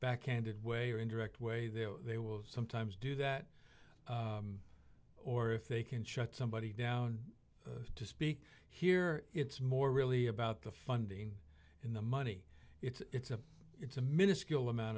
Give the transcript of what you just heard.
backhanded way or indirect way that they will sometimes do that or if they can shut somebody down to speak here it's more really about the funding in the money it's a it's a minuscule amount